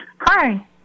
Hi